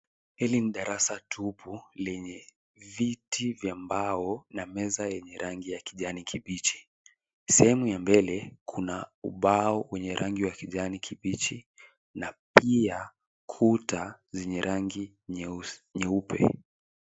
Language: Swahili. Hili ni darasa tupu lenye viti vya mbao na meza yenye rangi ya kijani kibichi. Sehemu ya mbele kuna ubao wenye rangi wa kijani kibichi na pia kuta zenye rangi nyeusi, nyeupe.